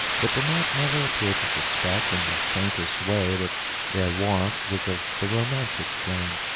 but demotte never appeared to suspect in the faintest way that their warmth was of the romantic flame.